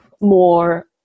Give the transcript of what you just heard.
more